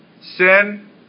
Sin